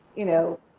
you know,